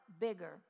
bigger